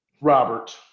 Robert